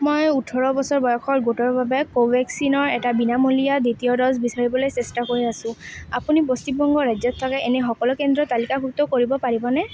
মই ওঠৰ বছৰ বয়সৰ গোটৰ বাবে কোভেক্সিনৰ এটা বিনামূলীয়া দ্বিতীয় ড'জ বিচাৰিবলৈ চেষ্টা কৰি আছোঁ আপুনি পশ্চিমবংগ ৰাজ্যত থকা এনে সকলো কেন্দ্ৰ তালিকাভুক্ত কৰিব পাৰিবনে